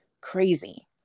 crazy